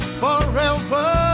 forever